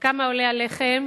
כמה עולה הלחם,